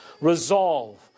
resolve